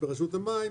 ברשות המים,